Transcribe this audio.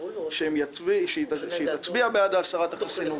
שהם יצביעו בעד הסרת החסינות.